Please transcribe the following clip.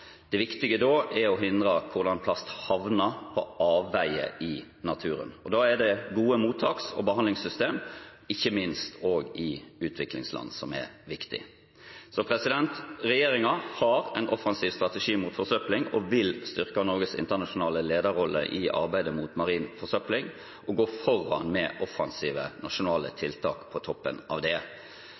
Det viktige er å hindre at plast havner på avveier i naturen, og da er det gode mottaks- og behandlingssystemer – ikke minst også i utviklingsland – som er viktig. Regjeringen har en offensiv strategi mot forsøpling og vil styrke Norges internasjonale lederrolle i arbeidet mot marin forsøpling og gå foran med offensive nasjonale tiltak på toppen av det.